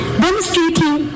demonstrating